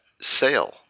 sale